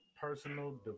Personal